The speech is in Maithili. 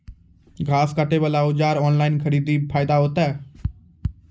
घास काटे बला औजार ऑनलाइन खरीदी फायदा होता?